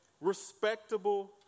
respectable